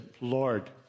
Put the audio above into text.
Lord